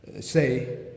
say